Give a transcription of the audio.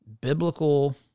biblical